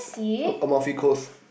oh close